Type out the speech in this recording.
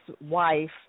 wife